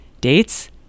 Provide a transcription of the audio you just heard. Dates